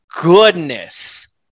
goodness